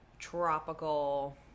Tropical